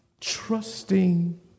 Trusting